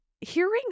hearing